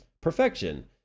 Perfection